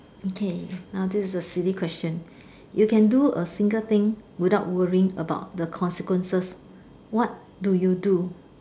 okay now this is a silly question you can do a single thing without worrying about the consequences what do you do